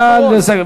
נא לסכם.